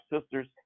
sisters